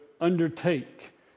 undertake